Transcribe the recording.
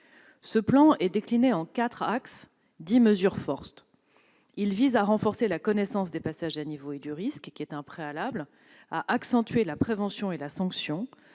Ce plan est décliné en quatre axes et dix mesures fortes. Il vise à renforcer la connaissance des passages à niveau et du risque, qui est un préalable, à accentuer la prévention et la sanction,